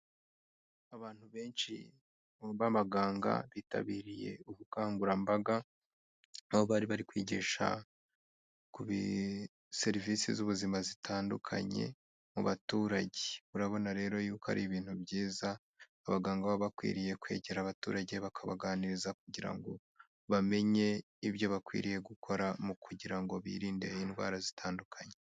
Abantu benshi b'abaganga bitabiriye ubukangurambaga, aho bari bari kwigisha kuri serivisi z'ubuzima zitandukanye mu baturage. Urabona rero yuko ari ibintu byiza, abaganga baba bakwiriye kwegera abaturage bakabaganiriza kugira ngo bamenye ibyo bakwiriye gukora, mu kugira ngo birinde indwara zitandukanye.